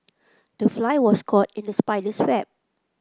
the fly was caught in the spider's web